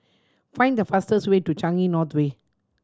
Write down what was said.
find the fastest way to Changi North Way